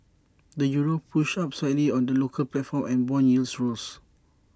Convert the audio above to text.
the euro pushed up slightly on the local platform and Bond yields rose